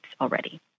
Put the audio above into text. already